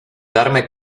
darme